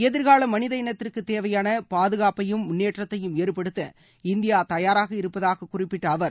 எதிர்கால மனித இனத்திற்குத் தேவையான பாதுகாப்பையும் முன்னேற்றத்தையும் ஏற்படுத்த இந்தியா தயாராக இருப்பதாகக் குறிப்பிட்ட அவர்